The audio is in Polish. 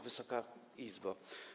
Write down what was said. Wysoka Izbo!